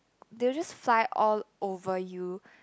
they will just fly all over you